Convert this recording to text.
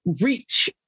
reach